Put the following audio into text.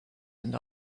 and